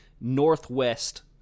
northwest